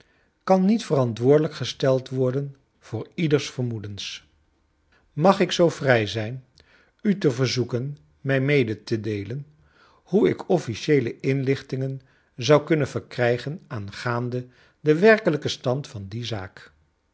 kan niet verantwoordelijk gesteld worden voor ieders vermoedens mag ik zoo vrij zijn u te verzoeken mij mede te deelen hoe ik officieele inlichtingen zou kunnen verkrijgen aangaande den werkelijken stand van die zaak